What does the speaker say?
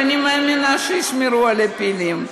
ואני מאמינה שישמרו על הפילים.